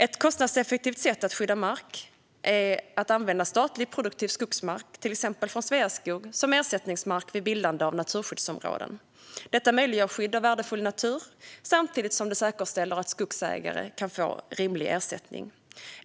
Ett kostnadseffektivt sätt att skydda mark är att använda statlig produktiv skogsmark, till exempel från Sveaskog, som ersättningsmark vid bildande av naturskyddsområden. Detta möjliggör skydd av värdefull natur, samtidigt som det säkerställer att skogsägare får rimlig ersättning.